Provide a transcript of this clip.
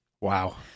Wow